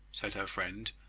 said her friend,